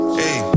hey